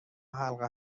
حلقه